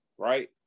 Right